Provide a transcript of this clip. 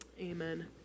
Amen